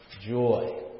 joy